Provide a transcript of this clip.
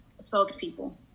spokespeople